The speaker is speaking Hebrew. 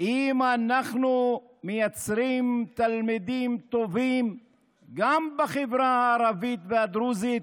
אם אנחנו מייצרים תלמידים טובים גם בחברה הערבית והדרוזית,